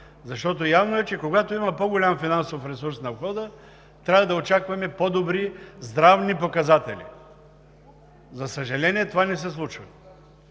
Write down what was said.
Защото явно е, че когато има по-голям финансов ресурс на входа, трябва да очакваме по-добри здравни показатели. За съжаление, това не се случва.